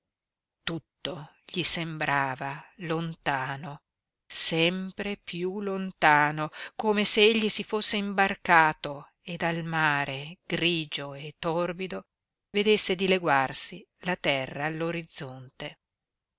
tutto gli sembrava lontano sempre piú lontano come se egli si fosse imbarcato e dal mare grigio e torbido vedesse dileguarsi la terra